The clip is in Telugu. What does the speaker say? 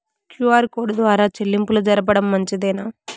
క్యు.ఆర్ కోడ్ ద్వారా చెల్లింపులు జరపడం మంచిదేనా?